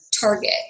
Target